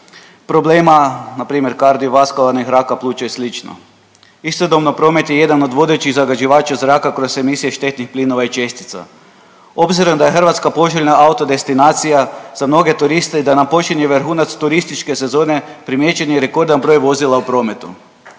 problema, npr. kardiovaskularnih, raka pluća i sl., istodobno promet je jedan od vodećih zagađivača zraka kroz emisije štetnih plinova i čestica. Obzirom da je Hrvatska poželjna auto destinacija za mnoge turiste i da nam počinje vrhunac turističke sezone primijećen je rekordan broj vozila u prometu.